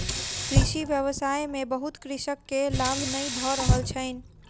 कृषि व्यवसाय में बहुत कृषक के लाभ नै भ रहल छैन